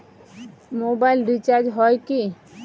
Mobile recharge হয় কি?